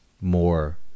more